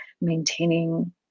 maintaining